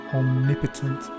omnipotent